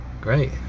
Great